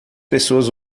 pessoas